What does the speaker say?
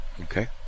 okay